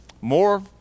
more